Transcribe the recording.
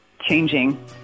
changing